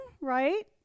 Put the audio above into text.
right